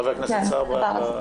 חבר הכנסת סער,